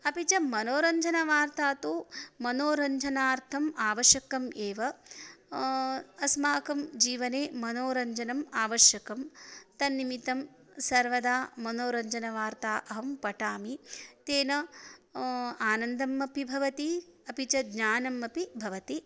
अपि च मनोरञ्जनवार्ता तु मनोरञ्जनार्थम् आवश्यकम् एव अस्माकं जीवने मनोरञ्जनम् आवश्यकं तन्निमित्तं सर्वदा मनोरञ्जनवार्ता अहं पठामि तेन आनन्दम् अपि भवति अपि च ज्ञानम् अपि भवति